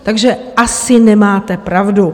Takže asi nemáte pravdu.